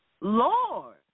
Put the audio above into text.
Lord